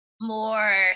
more